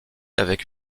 avec